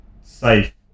safe